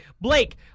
Blake